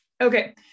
Okay